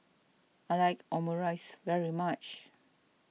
I like Omurice very much